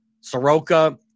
Soroka